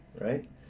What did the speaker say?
right